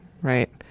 right